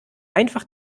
einfach